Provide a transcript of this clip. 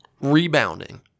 Rebounding